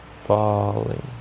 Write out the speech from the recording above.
Falling